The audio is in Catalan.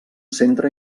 centre